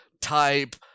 type